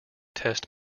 test